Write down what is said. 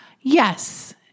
Yes